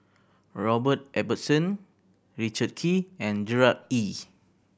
Robert Ibbetson Richard Kee and Gerard Ee